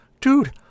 dude